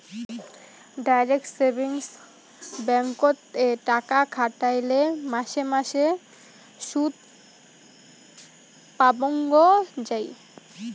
direct savings ব্যাঙ্ককোত এ টাকা খাটাইলে মাসে মাসে সুদপাবঙ্গ যাই